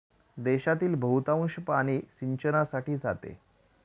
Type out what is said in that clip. देशातील बहुतांश पाणी सिंचनासाठी जाते